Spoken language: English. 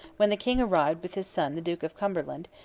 when the king arrived with his son the duke of cumberland,